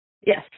Yes